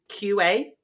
QA